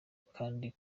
kandi